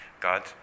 God